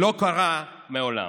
לא קראה מעולם.